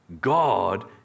God